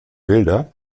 bilder